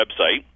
website